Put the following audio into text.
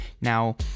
Now